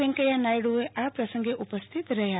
વેંકૈયા નાયડ્ આ પ્રસંગે ઉપસ્થિત રહ્યા